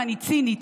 ואני צינית.